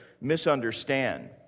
misunderstand